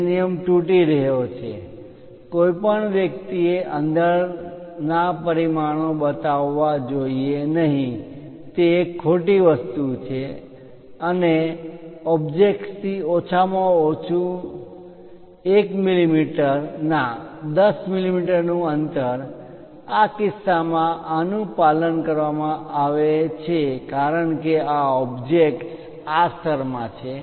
જે નિયમ તૂટી રહ્યો છે કોઈપણ વ્યક્તિ એ અંદર ના પરિમાણો બતાવવા જોઈએ નહીં તે એક ખોટી વસ્તુ છે અને ઓબ્જેક્ટ થી ઓછામાં ઓછું 1 મિલિ મીટર અંતર ના 10 મિલિ મીટર નુ અંતર આ કિસ્સામાં આ નું પાલન કરવામાં આવે છે કારણ કે ઓબ્જેક્ટ આ સ્તરમાં છે